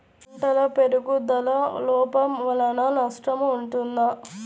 పంటల పెరుగుదల లోపం వలన నష్టము ఉంటుందా?